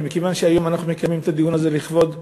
אבל היום אנחנו מקיימים את הדיון הזה לכבוד העיוורים,